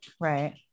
right